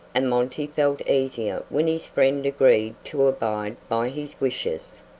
and monty felt easier when his friend agreed to abide by his wishes.